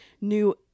new